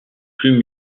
plume